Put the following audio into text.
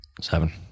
Seven